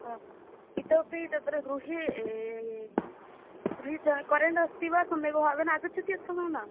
आम् इतोऽपि तत्र गृहे ए अस्ति वा सम्यक् भवान् आगच्छति अथवा न